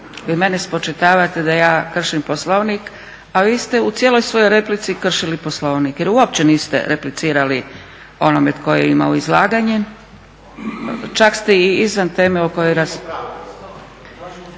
vi meni spočitavate da ja kršim Poslovnik a vi ste u cijeloj svojoj replici kršili Poslovnik jer uopće niste replicirali onome tko je imao izlaganje, čak ste i izvan teme o kojoj